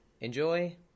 Enjoy